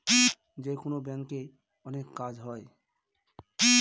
যেকোনো ব্যাঙ্কে অনেক কাজ হয়